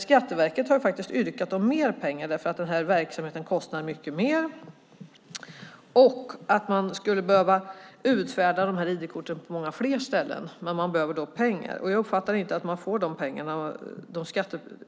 Skatteverket har yrkat om mer pengar därför att verksamheten kostar mer och för att man behöver utfärda ID-korten på fler ställen. För detta behöver man pengar. Jag uppfattar inte att